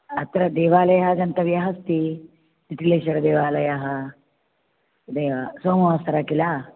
अत्र देवालयः आगन्तव्यः अस्ति तितिलेश्वरदेवालयः तदेव सोमवासरः किल